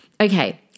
Okay